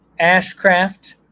Ashcraft